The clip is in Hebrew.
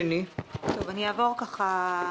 יש שירותים שלא קיימים בסל,